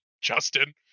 Justin